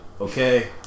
Okay